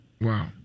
wow